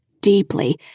deeply